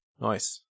Nice